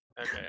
Okay